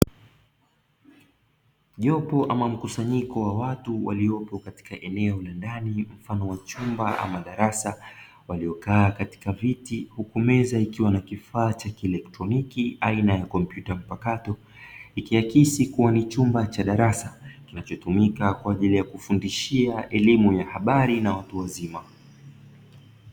Jopo ama mkusanyiko wa watu waliopo katika eneo la ndani mfano wa chumba ama darasa, waliokaa katika viti huku meza ikiwa na kifaa cha kielektroniki aina ya kompyuta mpakato. Ikiakisi kuwa ni chumba cha darasa kinachotumika kwa ajili ya kufundishia elimu ya habari na watu wazima.